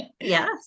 Yes